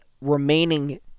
remaining